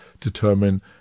determine